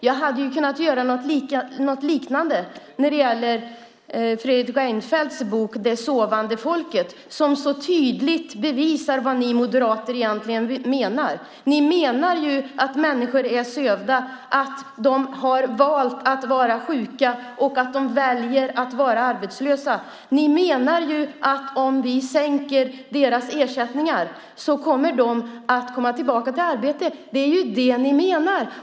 Jag hade kunnat göra något liknande när det gäller Fredrik Reinfeldts bok Det sovande folket , som tydligt visar vad Moderaterna egentligen menar. De menar att människor är sövda, att de valt att vara sjuka och väljer att vara arbetslösa. De menar att om vi sänker deras ersättningar kommer de att komma tillbaka till arbete. Det är det Moderaterna menar.